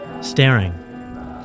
staring